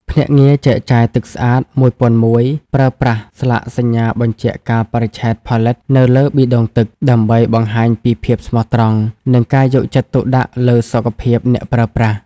ភ្នាក់ងារចែកចាយ ទឹកស្អាត ១០០១ ប្រើប្រាស់ "ស្លាកសញ្ញាបញ្ជាក់កាលបរិច្ឆេទផលិត" នៅលើប៊ីដុងទឹក ដើម្បីបង្ហាញពីភាពស្មោះត្រង់ និងការយកចិត្តទុកដាក់លើសុខភាពអ្នកប្រើប្រាស់។